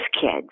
kids